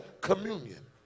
communion